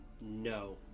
No